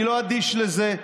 אני לא אדיש לזה,